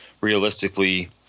realistically